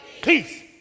peace